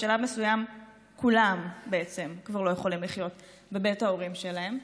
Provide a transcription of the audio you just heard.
בשלב מסוים כולם בעצם כבר לא יכולים לחיות בבית הורים שלהם,